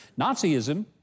Nazism